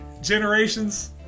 Generations